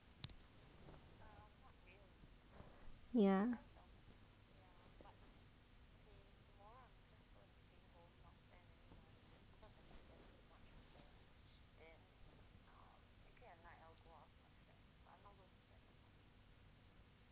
ya